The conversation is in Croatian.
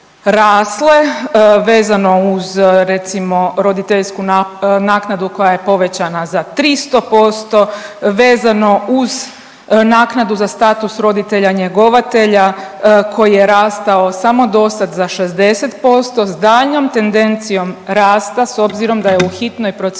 rasle vezano uz recimo roditeljsku naknadu koja je povećana za 300% vezano uz naknadu za status roditelja njegovatelja koji je rastao samo do sada za 60% s daljnjom tendencijom rasta s obzirom da je u hitnoj proceduri